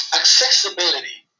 accessibility